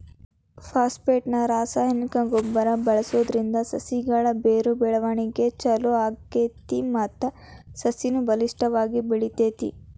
phosphate ನ ರಾಸಾಯನಿಕ ಗೊಬ್ಬರ ಬಳ್ಸೋದ್ರಿಂದ ಸಸಿಗಳ ಬೇರು ಬೆಳವಣಿಗೆ ಚೊಲೋ ಆಗ್ತೇತಿ ಮತ್ತ ಸಸಿನು ಬಲಿಷ್ಠವಾಗಿ ಬೆಳಿತೇತಿ